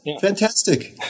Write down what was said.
fantastic